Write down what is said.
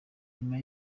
nyuma